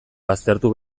baztertu